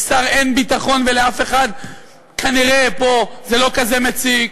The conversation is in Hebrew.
יש שר אין-ביטחון ולאף אחד כנראה זה לא כזה מציק,